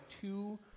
two